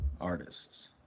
Artists